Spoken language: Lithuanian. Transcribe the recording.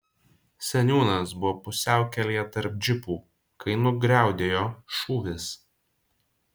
seniūnas buvo pusiaukelėje tarp džipų kai nugriaudėjo šūvis